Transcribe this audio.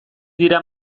dira